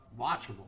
watchable